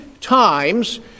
times